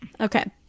Okay